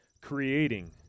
creating